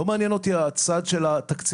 לא מעניין אותי הצד התקציבי,